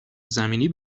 زمینی